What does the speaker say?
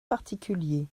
particulier